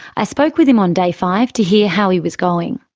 i spoke with him on day five to hear how he was going.